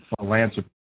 philanthropy